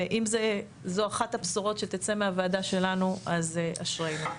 ואם זו אחת הבשורות שתצא מהוועדה שלנו אז אשרינו.